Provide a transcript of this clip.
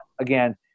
again